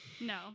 No